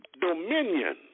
dominion